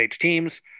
teams